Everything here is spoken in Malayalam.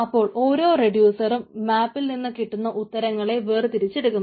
അപ്പോൾ ഓരോ റെഡ്യൂസറും മാപ്പിൽ നിന്ന് കിട്ടുന്ന ഉത്തരങ്ങളെ വേർതിരിച്ചെടുക്കുന്നു